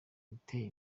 uteye